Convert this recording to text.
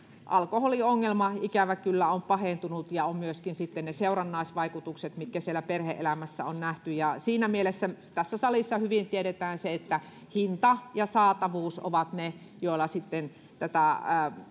alkoholiongelma ikävä kyllä on pahentunut ja on myöskin sitten ne seurannaisvaikutukset mitkä siellä perhe elämässä on nähty siinä mielessä tässä salissa hyvin tiedetään se että hinta ja saatavuus ovat ne joilla sitten tätä